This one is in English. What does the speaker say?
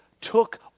took